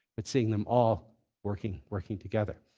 but seeing them all working working together.